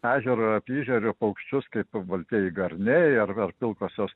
ežero apyežerių paukščius kaip baltieji garniai ar pilkosios